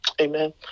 amen